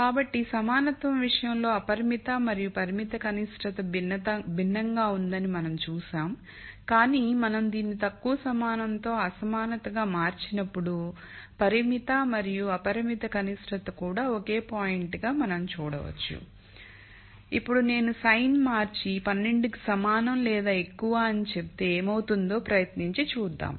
కాబట్టి సమానత్వం విషయంలో అపరిమిత మరియు పరిమిత కనిష్టత భిన్నంగా ఉందని మనం చూశాము కాని మనం దీనిని తక్కువ సమానం తో అసమానతగా మార్చినప్పుడు పరిమిత మరియు అపరిమిత కనిష్టత కూడా ఒకే పాయింట్ గా మనం చూడవచ్చు ఇప్పుడు నేను సైన్ మార్చి 12 కి సమానం లేదా ఎక్కువ అని చెప్తే ఏమవుతుందో ప్రయత్నించి చూద్దాం